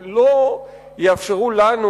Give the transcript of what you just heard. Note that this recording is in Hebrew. ולא יאפשרו לנו,